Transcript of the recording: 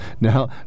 Now